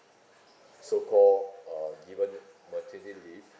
so called uh given maternity leave